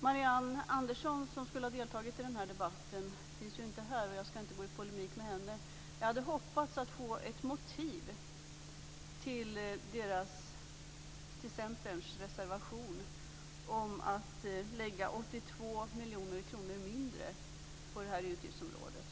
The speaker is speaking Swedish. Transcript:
Marianne Andersson, som skulle ha deltagit i den här debatten, är inte här, och jag ska inte gå in i polemik med henne. Jag hade hoppats att få ett motiv till Centerns reservation för en minskning med 82 miljoner kronor av anslaget på det här utgiftsområdet.